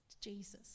Jesus